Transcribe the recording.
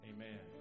Amen